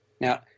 Now